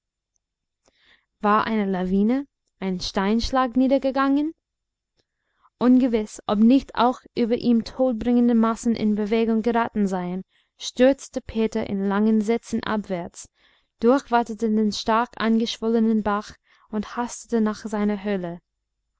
war eine lawine ein steinschlag niedergegangen ungewiß ob nicht auch über ihm todbringende massen in bewegung geraten seien stürzte peter in langen sätzen abwärts durchwatete den stark angeschwollenen bach und hastete nach seiner höhle